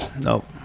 nope